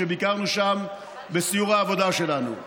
כשביקרנו שם בסיור העבודה שלנו.